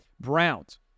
Browns